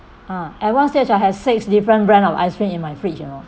ah at one stage I had six different brand of ice cream in my fridge you know